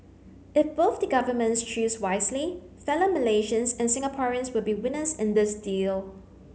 if both the governments choose wisely fellow Malaysians and Singaporeans will be winners in this deal